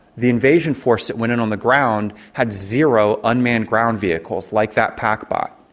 the invasion force that went in on the ground had zero unmanned ground vehicles, like that packbot.